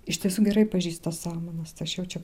iš tiesų gerai pažįsta samanas tai aš jau čia